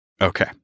Okay